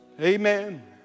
Amen